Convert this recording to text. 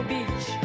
Beach